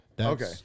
Okay